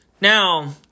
now